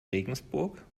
regensburg